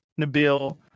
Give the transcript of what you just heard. Nabil